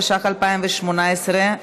התשע"ח 2018,